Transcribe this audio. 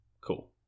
Cool